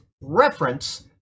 reference